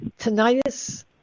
Tinnitus